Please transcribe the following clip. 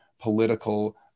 political